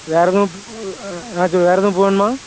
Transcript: வேற எதுவும் ஏதாச்சும் வேற எதுவும் பூ வேணுமா